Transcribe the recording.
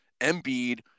Embiid